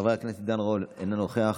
חבר הכנסת עידן רול, אינו נוכח,